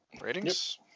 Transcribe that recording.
ratings